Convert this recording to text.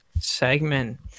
segment